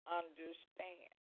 understand